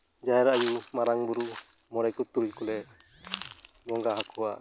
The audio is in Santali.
ᱡᱟᱦᱮᱨ ᱟᱭᱳ ᱢᱟᱨᱟᱝ ᱵᱩᱨᱩ ᱢᱚᱬᱮ ᱠᱚ ᱛᱩᱨᱩᱭ ᱠᱚᱞᱮ ᱵᱚᱸᱜᱟ ᱦᱟᱠᱚᱣᱟ